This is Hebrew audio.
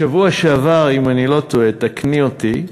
בשבוע שעבר, אם אני לא טועה, תקני אותי,